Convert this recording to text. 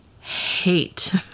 hate